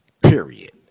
Period